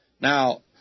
Now